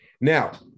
Now